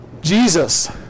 Jesus